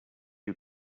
you